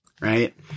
right